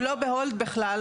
הוא לא בהולד בכלל,